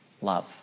Love